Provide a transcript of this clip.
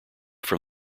from